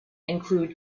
include